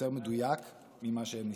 ויותר מדויק ממה שהם ניסחו.